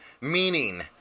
meaning